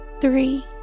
three